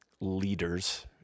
leaders